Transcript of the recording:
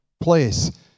place